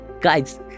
Guys